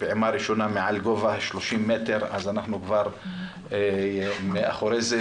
פעימה ראשונה מעל גובה 30 מטר אז אנחנו כבר מאחורי זה,